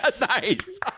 Nice